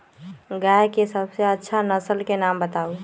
गाय के सबसे अच्छा नसल के नाम बताऊ?